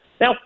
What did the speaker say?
Now